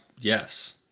yes